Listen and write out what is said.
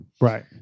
right